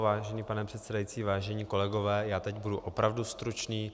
Vážený pane předsedající, vážení kolegové, já teď budu opravdu stručný.